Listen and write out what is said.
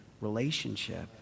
relationship